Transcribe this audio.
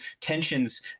tensions